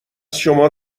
شما